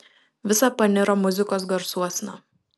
visa paniro muzikos garsuosna